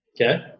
Okay